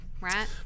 right